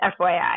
FYI